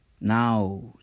Now